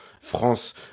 France